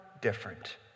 different